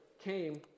came